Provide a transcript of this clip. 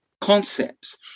concepts